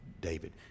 David